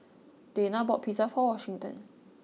Dayna bought pizza for Washington